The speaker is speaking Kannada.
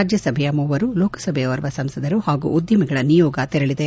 ರಾಜ್ಯಸಭೆಯ ಮೂವರು ಲೋಕಸಭೆಯ ಓರ್ವ ಸಂಸದರು ಹಾಗೂ ಉದ್ವಮಿಗಳ ನಿಯೋಗ ತೆರಳಿದೆ